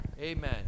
Amen